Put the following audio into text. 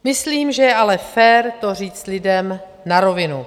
Myslím, že je ale fér to říct lidem na rovinu.